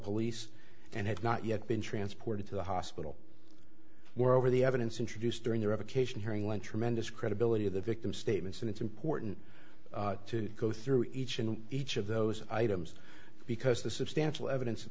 police and had not yet been transported to the hospital moreover the evidence introduced during their education hearing one tremendous credibility of the victim statements and it's important to go through each and each of those items because the substantial evidence